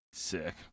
Sick